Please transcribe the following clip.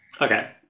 Okay